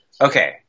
Okay